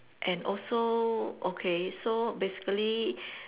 and also okay so basically